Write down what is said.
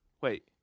Wait